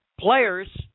players